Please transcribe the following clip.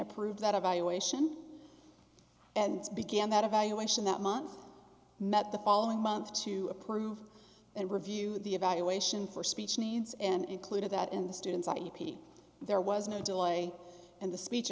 approve that evaluation and began that evaluation that month met the following month to approve and review the evaluation for speech needs and included that in the students at u t there was no delay and the speech